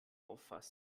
auffasst